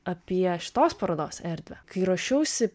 apie šitos parodos erdvę kai ruošiausi